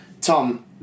Tom